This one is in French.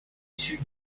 sud